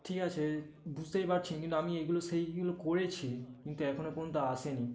ঠিক আছে বুঝতেই পারছেন কিন্তু আমি এগুলো সেইগুলো করেছি কিন্তু এখনও পর্যন্ত আসেনি